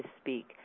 speak